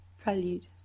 Prelude